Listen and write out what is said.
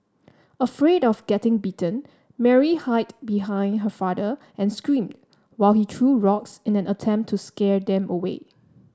afraid of getting bitten Mary hide behind her father and screamed while he threw rocks in an attempt to scare them away